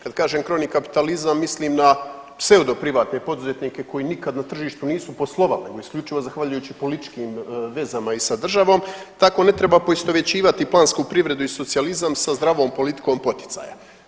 Kad kažem kroni kapitalizam mislim na pseudo privatne poduzetnike koji nikad na tržištu nisu poslovali nego isključivo zahvaljujući političkim vezama i sa državom, tako ne treba poistovjećivati plansku privredu i socijalizam sa zdravom politikom poticaja.